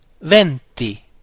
venti